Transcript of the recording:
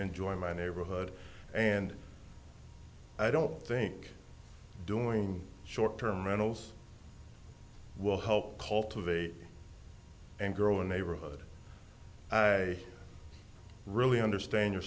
enjoy my neighborhood and i don't think doing short term rentals will help cultivate and grow a neighborhood i really understand your